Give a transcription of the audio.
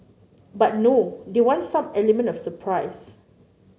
but no they want some element of surprise